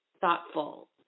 thoughtful